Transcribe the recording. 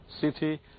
city